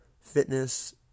fitness